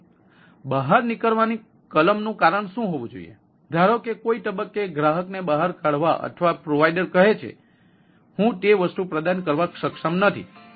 તેથી બહાર નીકળવાની કલમનું કારણ શું હોવું જોઈએ ધારો કે કોઈક તબક્કે ગ્રાહકને બહાર કાઢવા અથવા પ્રોવાઇડર કહે છે હું તે વસ્તુ પ્રદાન કરવા માટે સક્ષમ નથી